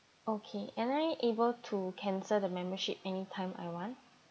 okay am I able to cancel the membership anytime I want